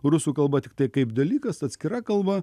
rusų kalba tiktai kaip dalykas atskira kalba